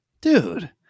dude